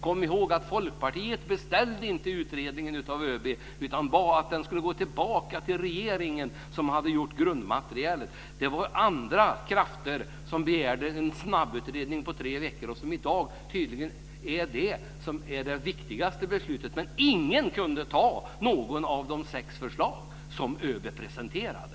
Kom ihåg att Folkpartiet inte beställde utredningen av ÖB utan bad att den skulle gå tillbaka till regeringen, som hade gjort grundmaterialet. Det var andra krafter som begärde en snabbutredning på tre veckor, det är tydligen det som är det viktigaste i dag. Men ingen kunde anta något av de sex förslag som ÖB presenterade.